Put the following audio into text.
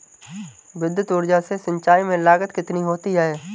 विद्युत ऊर्जा से सिंचाई में लागत कितनी होती है?